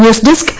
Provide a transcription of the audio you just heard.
news desk